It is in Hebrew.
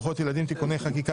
העבודה ולצמצום פערים חברתיים (מענק עבודה) (תיקון - גיל העובד),